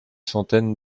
centaines